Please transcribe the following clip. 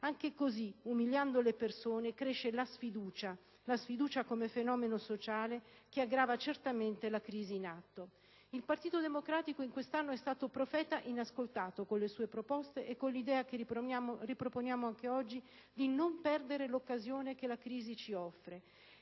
Anche così, umiliando le persone, cresce la sfiducia; sfiducia che, come fenomeno sociale, aggrava certamente la crisi in atto. Il Partito Democratico in quest'Aula è stato profeta inascoltato con le sue proposte e con l'idea, che riproponiamo anche oggi, di non perdere l'occasione che la crisi ci offre